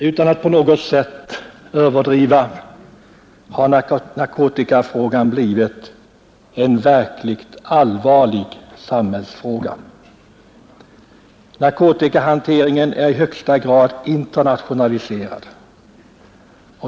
Utan att på något sätt överdriva kan man påstå att narkotikafrågan har blivit en verkligt allvarlig samhällsfråga. Narkotikahanteringen är i högsta grad internationaliserad.